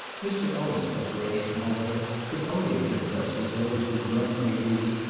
mr. owen's preparation, however, could only have been such as those who run may read,